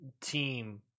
team